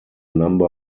number